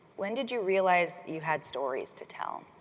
when did you realize you had stories to tell?